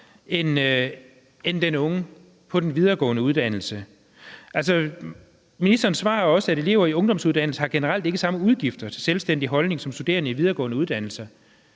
end den unge på den videregående uddannelse? Ministeren svarer også, at elever i ungdomsuddannelse generelt ikke har samme udgifter til selvstændig husholdning som studerende i videregående uddannelse.